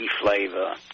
flavor